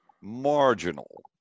marginal